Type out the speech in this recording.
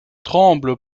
tremble